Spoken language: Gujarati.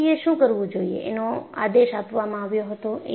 સમિતિ એ શું કરવું જોઈએ એનો આદેશ આપવામાં આવ્યો હતો